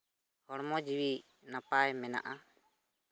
ᱦᱚᱲᱢᱚ ᱡᱤᱣᱤ ᱱᱟᱯᱟᱭ ᱢᱮᱱᱟᱜᱼᱟ